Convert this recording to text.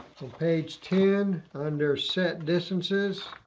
so page ten, under set distances.